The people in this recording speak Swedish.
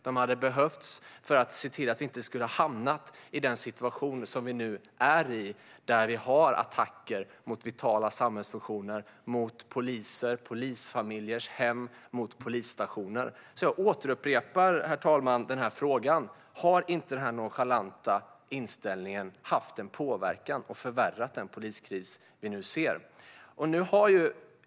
De hade behövts för att se till att vi inte hade hamnat i den situation som vi nu befinner oss i med attacker mot vitala samhällsfunktioner, mot poliser, mot polisfamiljers hem och mot polisstationer. Herr talman! Jag återupprepar därför min fråga: Har inte denna nonchalanta inställning haft en påverkan och förvärrat den poliskris som vi nu ser?